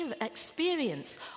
experience